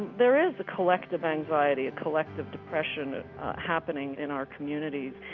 there is a collective anxiety, a collective depression and happening in our communities